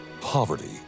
Poverty